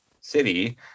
city